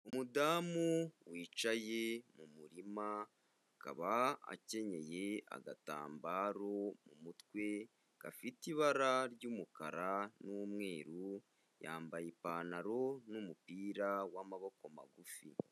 Umudamu wicaye mu murima akaba akenyeye agatambaro mu mutwe gafite ibara ry'umukara n'umweru, yambaye ipantaro n'umupira w'amaboko magufi.